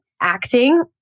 acting